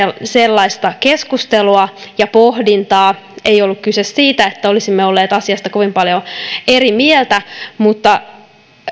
sellaista keskustelua ja pohdintaa ei ollut kyse siitä että olisimme olleet asiasta kovin paljon eri mieltä mutta